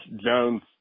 Jones